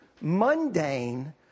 mundane